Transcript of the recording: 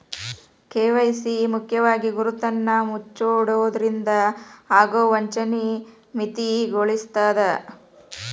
KYC ಮುಖ್ಯವಾಗಿ ಗುರುತನ್ನ ಮುಚ್ಚಿಡೊದ್ರಿಂದ ಆಗೊ ವಂಚನಿ ಮಿತಿಗೊಳಿಸ್ತದ